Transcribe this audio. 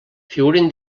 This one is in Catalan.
figuren